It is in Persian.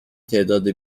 تعداد